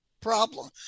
problem